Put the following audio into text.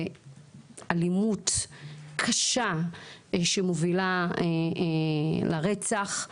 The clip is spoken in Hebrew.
ואלימות קשה שמובילה לרצח.